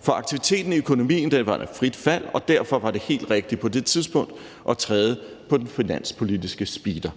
For aktiviteten i økonomien var i frit fald, og derfor var det helt rigtigt på det tidspunkt at træde på den finanspolitiske speeder.